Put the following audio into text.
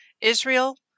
Israel